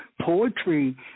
poetry